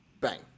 bang